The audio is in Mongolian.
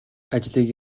ажлыг